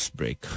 break